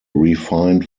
refined